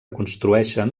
construeixen